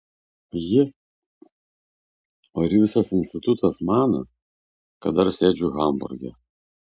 ji o ir visas institutas mano kad dar sėdžiu hamburge